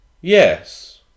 Yes